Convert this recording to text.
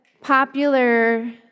popular